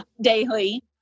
daily